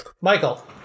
Michael